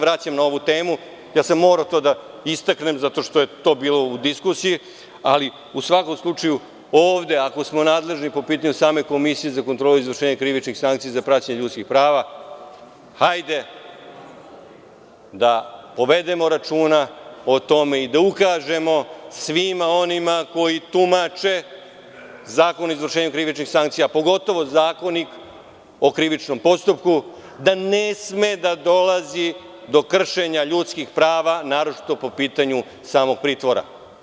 Vraćam se na ovu temu, morao sam to da istaknem, zato što je to bilo u diskusiji, ali u svakom slučaju, ako smo nadležni po pitanju same Komisije za kontrolu izvršenja krivičnih sankcija za praćenje ljudskih prava, hajde da povedemo računa o tome i da ukažemo svima onima koji tumače Zakon o izvršenju krivičnih sankcija, pogotovo Zakonik o krivičnom postupku, da ne sme da dolazi do kršenja ljudskih prava, naročito po pitanju samog pritvora.